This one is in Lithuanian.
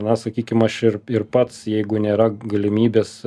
na sakykim aš ir ir pats jeigu nėra galimybės